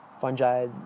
fungi